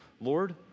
Lord